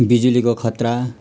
बिजुलीको खतरा